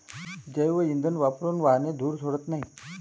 जैवइंधन वापरून वाहने धूर सोडत नाहीत